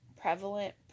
prevalent